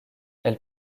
elle